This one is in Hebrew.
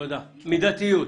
מידתיות.